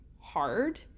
hard